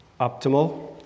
optimal